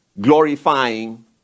glorifying